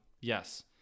Yes